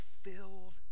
filled